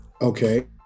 okay